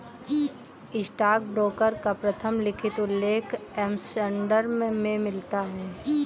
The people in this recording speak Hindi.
स्टॉकब्रोकर का प्रथम लिखित उल्लेख एम्स्टर्डम में मिलता है